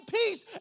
peace